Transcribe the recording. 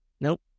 Nope